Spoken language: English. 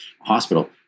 hospital